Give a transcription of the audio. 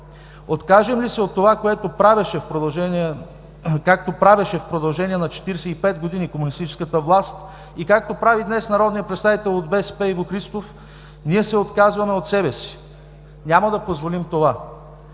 Откажем ли се от това, както правеше в продължение на 45 години комунистическата власт и както прави днес народният представител от БСП Иво Христов, ние се отказваме от себе си. Няма да позволим това!